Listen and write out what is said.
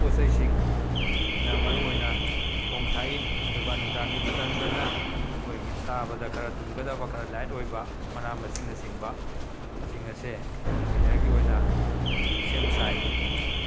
ꯄꯣꯠꯆꯩꯁꯤꯡꯅ ꯃꯔꯨꯡꯑꯣꯏꯅ ꯊꯣꯡ ꯊꯥꯛꯏ ꯑꯗꯨꯒ ꯅꯨꯗꯥꯡꯒꯤ ꯃꯇꯝꯗꯅ ꯑꯩꯈꯣꯏꯒꯤ ꯆꯥꯕꯗ ꯈꯔ ꯇꯨꯝꯒꯗꯕ ꯈꯔ ꯂꯥꯏꯠ ꯑꯣꯏꯕ ꯃꯅꯥ ꯃꯁꯤꯡꯅꯆꯤꯡꯕ ꯁꯤꯡ ꯑꯁꯦ ꯗꯤꯟꯅꯔꯒꯤ ꯑꯣꯏꯅ ꯁꯦꯝ ꯁꯥꯏ